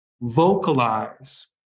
vocalize